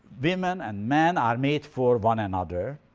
women and men are made for one another,